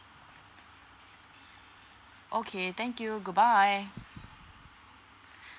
okay thank you goodbye